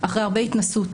אחרי הרבה התנסות,